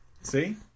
see